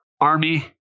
army